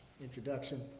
introduction